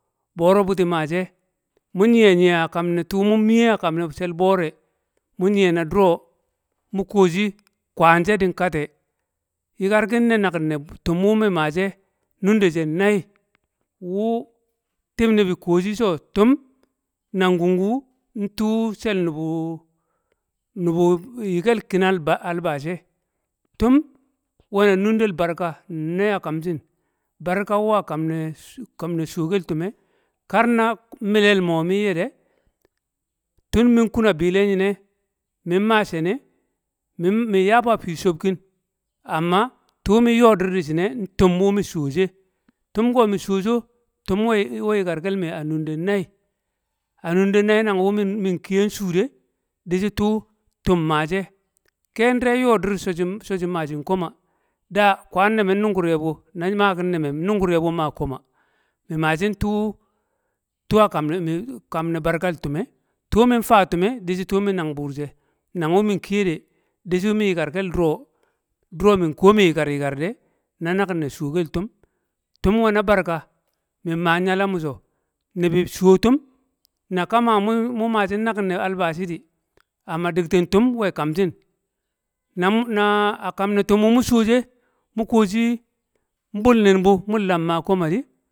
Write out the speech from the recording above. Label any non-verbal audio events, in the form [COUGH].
boro buti̱ maa she̱, mu̱ nyiye nyiye a kan ne to mum miye a kam ne̱ she̱ll bo̱ro̱, mu nyiye na duro̱ mu̱ kuwo shi kwaan she̱ din kati e yikar ki ne naki̱n ne̱ tum wu mi maa she nunde she nai wu [NOISE] tu̱b ni̱bi̱ kuwo̱ shi so, tum nan ku̱nku̱ ntu nshe̱ l nubu nu̱bu̱ yi kel kinan ba Albashi tum nwe̱ na nu̱nde̱l barka nai a kam shi̱n barka wu kamne̱ [NOISE] kam ne. kamni sho̱kel tume kar na milel mo min ye de, tun min kun a bile̱ nyin e mim maa she̱ni̱ e̱, mi- min yaa bu a fi che̱bki̱n amma tu min yo̱ di̱r di shi̱ e̱, ntu̱m wu mi shuwo̱ she tu̱m ko mi shuwo sho̱ tum we- we yikar kelme a nunde nai, a nunde nai nang wu̱ min kiye nshu de di shi tu̱u̱ tum maa she ken dire yoo dir so shiso shi maa shin koma da, kwaan ne ne nnu̱ngu̱r ye bu na maa kin neme nnu̱ngu̱r ye bu ma koma. mi maa shin tuu- tuu a [NOISE] kan ni barkal tume tu min ta a tume dishi tu̱u̱ mi nang buur she, nang wu min kiye de, dishi wu mi yi̱kar kel duro duro min kuwo mi yi kar yi̱kar de na nakin ne shuwo kel tum tum nwe na barka, min maa nyala mi so, nibi shuwo tum, na ka ma mu- mu maa shin nakin ne Albashi di Amma di̱kti̱ tum we kam shin. na mun- na- a kam ne tum wu mu shuwo she̱, mu kuwo shi nbul nin bu mun lam ma koma di.